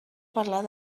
parlar